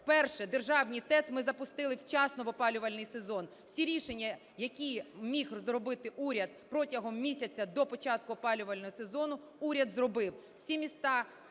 Вперше державні ТЕЦ ми запустили вчасно в опалювальний сезон! Всі рішення, які міг зробити уряд протягом місяця до початку опалювального сезону, уряд зробив. Всі міста